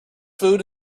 food